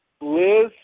Liz